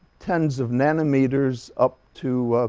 tens of nanometers up to